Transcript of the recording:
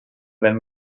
wenn